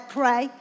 pray